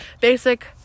basic